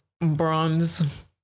bronze